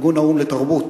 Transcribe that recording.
ארגון האו"ם לתרבות.